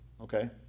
okay